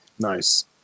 Nice